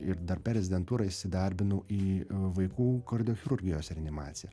ir dar per rezidentūrą įsidarbinau į vaikų kardiochirurgijos reanimaciją